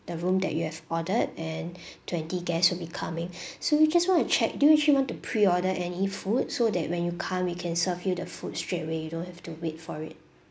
the room that you have ordered and twenty guests will be coming so we just want to check do you actually want to pre order any food so that when you come we can serve you the food straight away you don't have to wait for it